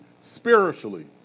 spiritually